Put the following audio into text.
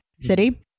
city